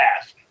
ask